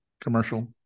commercial